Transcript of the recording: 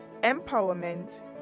empowerment